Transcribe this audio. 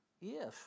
Yes